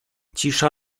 cisza